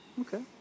Okay